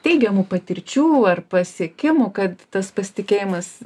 teigiamų patirčių ar pasiekimų kad tas pasitikėjimas